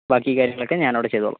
ബാക്കി കാര്യങ്ങളൊക്കേ ഞാൻ അവിടെ ചെയ്തോളാം